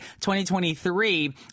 2023